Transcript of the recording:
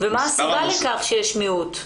ומה הסיבה לכך שיש מיעוט?